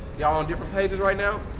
y'all on different pages right now?